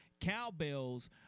cowbells